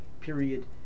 period